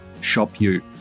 ShopU